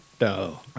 No